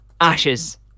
ashes